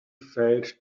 felt